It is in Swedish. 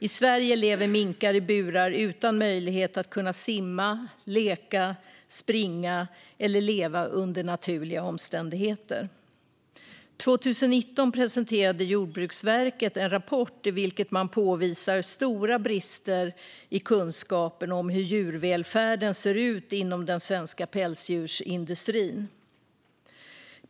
I Sverige lever minkar i burar utan möjlighet att simma, leka, springa eller leva under naturliga omständigheter. År 2019 presenterade Jordbruksverket en rapport i vilken man påvisar stora brister i kunskapen om hur djurvälfärden ser ut inom den svenska pälsdjursindustrin.